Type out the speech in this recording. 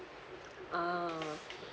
ah